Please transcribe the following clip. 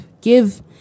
Give